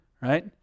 Right